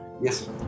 Yes